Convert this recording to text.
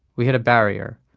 we hit a barrier.